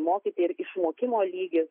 mokyti ir išmokimo lygis